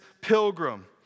pilgrim